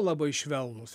labai švelnūs